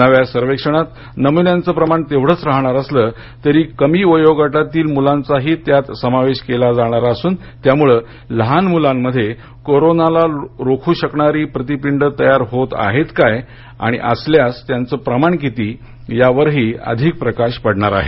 नव्या सर्वेक्षणात नमुन्यांचे प्रमाण तेवढेच राहणार असलं तरी कमी वयोगटातील मुलांचाही त्यात समावेश केला जाणार असून त्यामुळ लहान मुलांमध्ये कोरोनाला रोखू शकणारी प्रतिपिंड तयार होत आहेत काय आणि असल्यास त्यांचं प्रमाण किती यावरही अधिक प्रकाश पडणार आहे